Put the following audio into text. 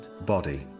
body